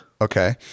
Okay